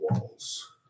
walls